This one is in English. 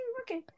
Okay